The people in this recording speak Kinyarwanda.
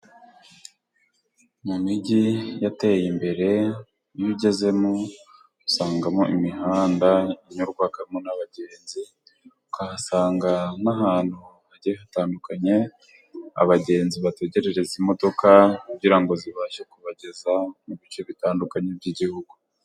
Mu mijyi yateye imbere iyo ugezemo usangamo imihanda inyurwamo n'abagenzi. Ukahasanga n'ahantu hagiye hatandukanye abagenzi bategererereza imodoka kugira ngo zibashe kubageza mu bice bitandukanye by'igihugu.